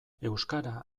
euskara